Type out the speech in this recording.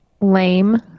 lame